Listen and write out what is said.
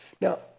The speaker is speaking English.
Now